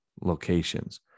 Locations